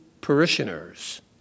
parishioners